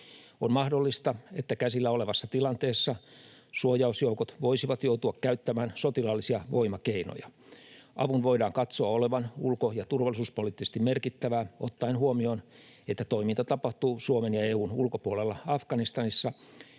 On mahdollista, että käsillä olevassa tilanteessa suojausjoukot voisivat joutua käyttämään sotilaallisia voimakeinoja. Avun voidaan katsoa olevan ulko- ja turvallisuuspoliittisesti merkittävää ottaen huomioon, että toiminta tapahtuu Suomen ja EU:n ulkopuolella Afganistanissa,